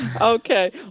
Okay